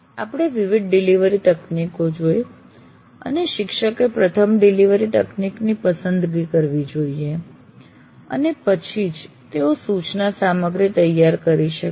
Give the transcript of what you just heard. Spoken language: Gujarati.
આપણે વિવિધ ડિલિવરી તકનીકો જોઈ અને પ્રશિક્ષકે પ્રથમ ડિલિવરી તકનીકની પસંદગી કરવી જોઈએ અને પછી જ તેઓ તેમની સૂચના સામગ્રી તૈયાર કરી શકે છે